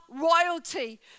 royalty